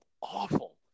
awful